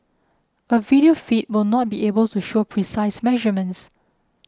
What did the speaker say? a video feed will not be able to show precise measurements